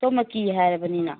ꯁꯣꯝꯅ ꯀꯤ ꯍꯥꯏꯔꯕꯅꯤꯅ